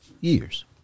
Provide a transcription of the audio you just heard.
Years